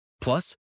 Plus